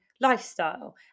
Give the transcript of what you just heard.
lifestyle